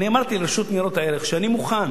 אמרתי לרשות ניירות ערך שאני מוכן